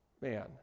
Man